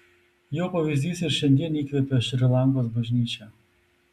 jo pavyzdys ir šiandien įkvepia šri lankos bažnyčią